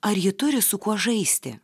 ar ji turi su kuo žaisti